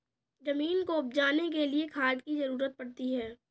ज़मीन को उपजाने के लिए खाद की ज़रूरत पड़ती है